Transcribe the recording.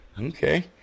Okay